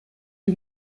die